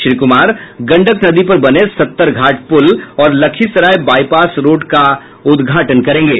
श्री कुमार गंडक नदी पर बने सत्तरघाट पुल और लखीसराय बाईपास रोड का भी उद्घाटन करेंगे